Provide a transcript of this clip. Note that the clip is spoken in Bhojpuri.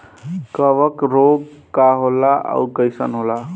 कवक रोग का होला अउर कईसन होला?